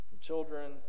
children